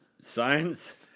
Science